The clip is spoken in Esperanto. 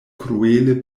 kruele